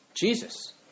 Jesus